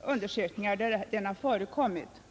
hälsokontroll som förekommit.